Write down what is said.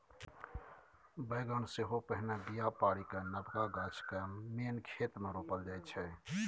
बेगन सेहो पहिने बीया पारि कए नबका गाछ केँ मेन खेत मे रोपल जाइ छै